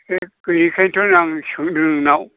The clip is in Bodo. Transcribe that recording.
बे गैयिखाइनथ' आं सोंदों नोंनाव